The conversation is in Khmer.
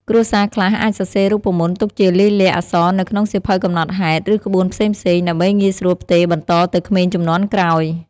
គ្រួសារខ្លះអាចសរសេររូបមន្តទុកជាលាយលក្ខណ៍អក្សរនៅក្នុងសៀវភៅកំណត់ហេតុ ឬក្បួនផ្សេងៗ ដើម្បីងាយស្រួលផ្ទេរបន្តទៅក្មេងជំនាន់ក្រោយ។